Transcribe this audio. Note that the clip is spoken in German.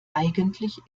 eigentlich